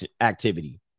activity